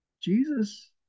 Jesus